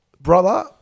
Brother